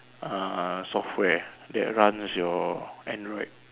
uh software that runs your android